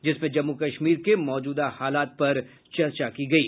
जिसमें जम्मू कश्मीर के मौजूदा हालात पर चर्चा की गयी